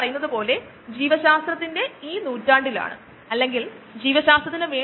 photo വിഭാഗത്തിലെ glass ട്യൂബുകളിലൂടെ അത് കൊണ്ടുപോകുന്നത് ഒരു പമ്പാണ്